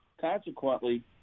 Consequently